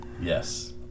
Yes